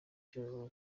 cyo